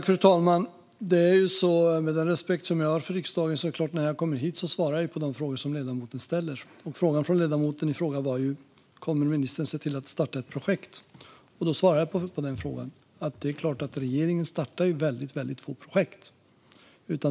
Fru talman! Med den respekt som jag har för riksdagen svarar jag såklart när jag kommer hit på de frågor som ledamoten ställer. Frågan från ledamoten i fråga var: Kommer ministern att se till att starta ett projekt? Och då svarade jag på den frågan att regeringen startar väldigt få projekt.